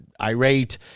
irate